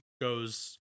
goes